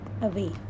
away